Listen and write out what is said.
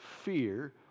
fear